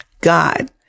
God